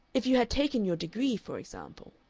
if you had taken your degree, for example.